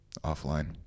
offline